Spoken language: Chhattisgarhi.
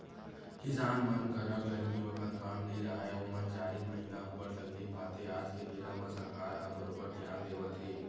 किसान मन करा गरमी बखत काम नइ राहय ओमन चारिन महिना अब्बड़ तकलीफ पाथे आज के बेरा म सरकार ह बरोबर धियान देवत हे